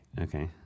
Okay